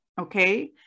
okay